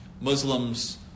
Muslims